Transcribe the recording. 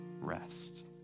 rest